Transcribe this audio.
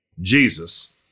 Jesus